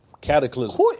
Cataclysm